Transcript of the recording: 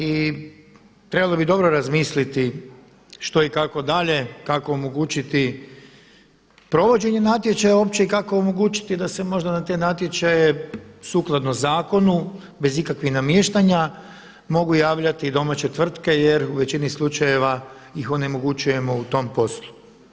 I trebalo bi dobro razmisliti što i kako dalje, kako omogućiti provođenje natječaja i kako omogućiti da se možda na te natječaje sukladno zakonu bez ikakvih namještanja mogu javljati i domaće tvrtke jer u većini slučajeva ih onemogućujemo u tom poslu.